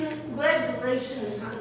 Congratulations